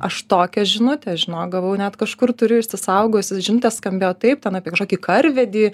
aš tokią žinutę žinok gavau net kažkur turiu išsisaugojusi žinutė skambėjo taip ten apie kažkokį karvedį